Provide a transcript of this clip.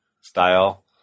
style